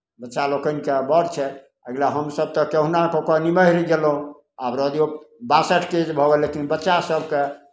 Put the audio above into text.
बच्चा लोकनिकेँ बड़ छै एकरा हमसभ तऽ कहुना कऽ के निबहि गयलहुँ आब रहय दियौ बासठिके एज भऽ गेल लेकिन बच्चासभके